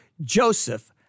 Joseph